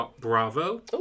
Bravo